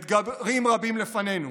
אתגרים רבים לפנינו.